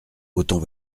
autant